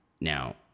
now